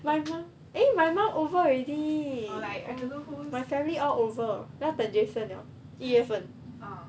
my mum eh my mum over already my family all over 要等 jason liao 一月份